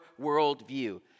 worldview